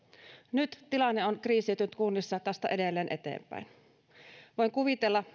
nyt tilanne on kriisiytynyt kunnissa tästä edelleen eteenpäin voin kuvitella